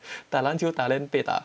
打篮球打 LAN 被打